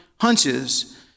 hunches